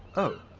oh.